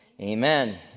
amen